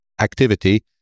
activity